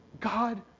God